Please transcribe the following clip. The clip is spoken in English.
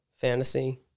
Fantasy